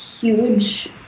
huge